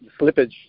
slippage